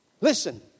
Listen